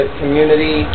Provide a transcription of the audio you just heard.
community